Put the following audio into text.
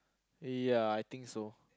ya I think so